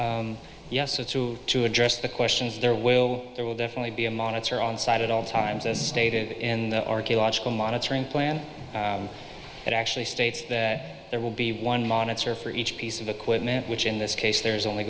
consultant yes it's true to address the questions there will there will definitely be a monitor on site at all times as stated in the archeological monitoring plan that actually states that there will be one monitor for each piece of equipment which in this case there is only